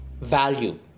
value